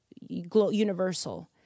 universal